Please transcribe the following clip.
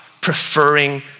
preferring